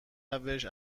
روش